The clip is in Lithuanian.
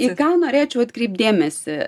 į ką norėčiau atkreipt dėmesį